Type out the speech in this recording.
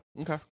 Okay